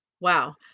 Wow